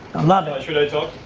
love it. should i talk?